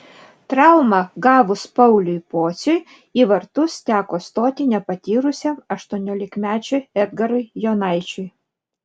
traumą gavus pauliui pociui į vartus teko stoti nepatyrusiam aštuoniolikmečiui edgarui jonaičiui